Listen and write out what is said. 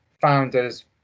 founders